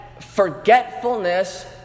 forgetfulness